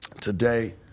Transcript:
today